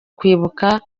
kwibuka